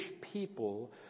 people